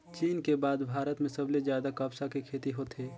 चीन के बाद भारत में सबले जादा कपसा के खेती होथे